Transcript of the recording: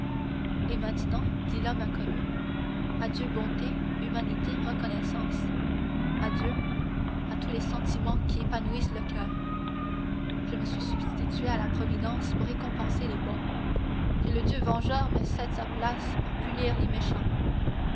et maintenant dit l'homme inconnu adieu bonté humanité reconnaissance adieu à tous les sentiments qui épanouissent le coeur je me suis substitué à la providence pour récompenser les bons que le dieu vengeur me cède sa place pour punir les méchants